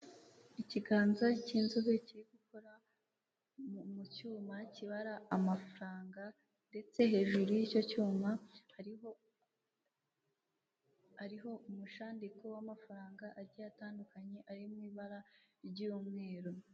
Ikiganza cy'inzobe kiri gukora mu mu cyuma kibara amafaranga, ndetse hejuru y'icyo cyuma hariho, hariho umushandiko w'amafaranga agiye atandukanye, ari mu ibara ry'umweru.